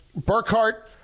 Burkhart